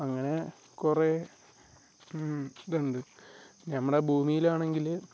അങ്ങനെ കുറേ ഇത് ഉണ്ട് ഞമ്മടെ ഭൂമിയിലാണെങ്കിൽ